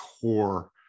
core